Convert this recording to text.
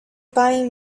buying